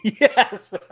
yes